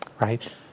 right